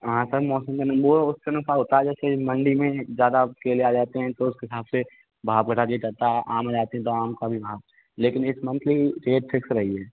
हाँ सर मौसम का नींबू है उस समय क्या होता है जैसे मंडी में ज़्यादा केले जाते हैं तो उसके हिसाब से भाव बढ़ा दिया जाता है आम जाते हैं तो आम का भी भाव लेकिन इस मंथली रेट फिक्स रही है